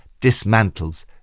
dismantles